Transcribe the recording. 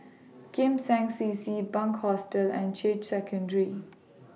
Kim Seng C C Bunc Hostel and Secondary